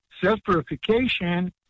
self-purification